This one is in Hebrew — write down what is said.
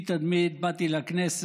התדמית שלי היא תדמית, באתי לכנסת,